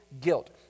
guilt